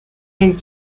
del